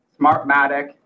Smartmatic